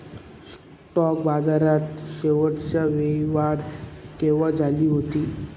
Stock बाजारात शेवटच्या वेळी वाढ केव्हा झाली होती?